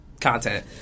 content